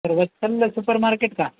sir Vatsal supermarket का